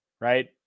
Right